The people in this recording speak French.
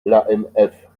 l’amf